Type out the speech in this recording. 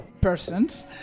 persons